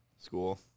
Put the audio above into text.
school